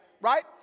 right